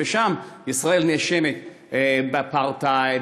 ושם ישראל נאשמת באפרטהייד,